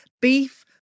beef